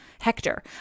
Hector